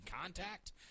contact –